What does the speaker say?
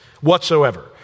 whatsoever